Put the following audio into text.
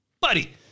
buddy